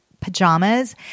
pajamas